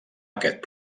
aquest